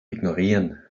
ignorieren